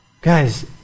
Guys